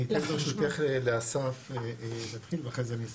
אני אתן ברשותך לאסף להתחיל ואחרי זה אני אסיים.